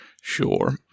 Sure